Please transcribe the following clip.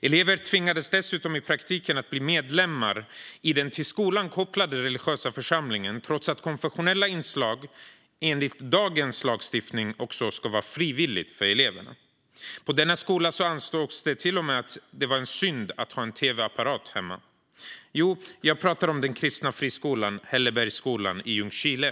Elever tvingades dessutom i praktiken att bli medlemmar i den till skolan kopplade religiösa församlingen, trots att konfessionella inslag enligt dagens lagstiftning också ska vara frivilliga för eleverna. På denna skola ansågs det till och med att det var en synd att ha en tv-apparat hemma. Jo, jag pratar om den kristna friskolan Hällebergsskolan i Ljungskile.